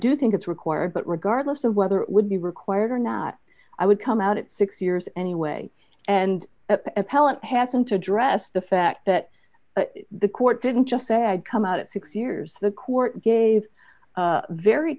do think it's required but regardless of whether it would be required or not i would come out it six years anyway and appellant hasn't addressed the fact that the court didn't just say i'd come out at six years the court gave very